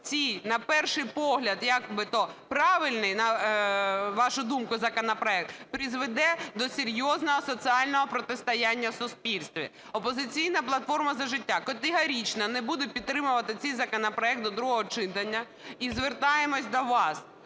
цей на перший погляд як би то правильний, на вашу думку, законопроект призведе до серйозного соціального протистояння в суспільстві. "Опозиційна платформа – За життя" категорично не буде підтримувати цей законопроект до другого читання. І звертаємось до вас: